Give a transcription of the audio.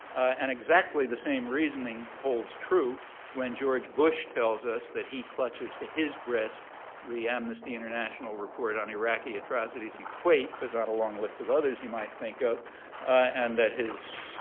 and exactly the same reasoning holds true when george bush tells us that he clutches to his breast the amnesty international report on iraqi atrocities in kuwait but a long list of others you might think of and that his